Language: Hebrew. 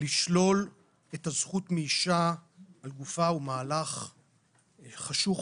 לשלול את הזכות מאישה על גופה הוא מהלך חשוך,